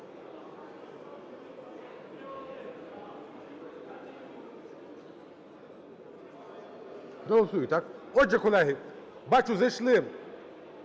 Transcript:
Дякую.